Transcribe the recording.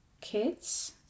kids